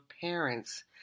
parents